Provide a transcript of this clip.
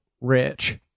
rich